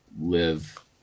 live